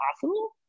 possible